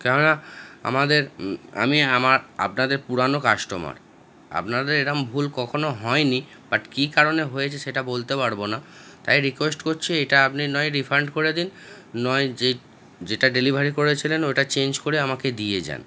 কেননা আমাদের আমি আমার আপনাদের পুরানো কাস্টমার আপনাদের এরম ভুল কখনও হয় নি বাট কি কারণে হয়েছে সেটা বলতে পারবো না তাই রিকোয়েস্ট করছি এটা আপনি নয় রিফান্ড করে দিন নয় যে যেটা ডেলিভারি করেছিলেন ওইটা চেঞ্জ করে আমাকে দিয়ে যান